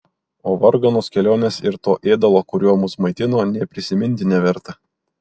o varganos kelionės ir to ėdalo kuriuo mus maitino nė prisiminti neverta